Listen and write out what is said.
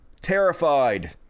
Terrified